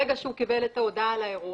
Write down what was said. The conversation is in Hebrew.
ברגע שהוא קיבל את ההודעה על האירוע,